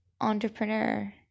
entrepreneur